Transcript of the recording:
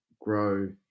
grow